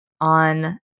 on